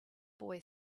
boy